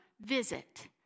visit